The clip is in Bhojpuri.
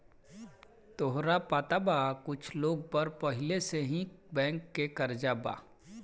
तोहरा पता बा कुछ लोग पर पहिले से ही बैंक के कर्जा बा